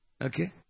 Okay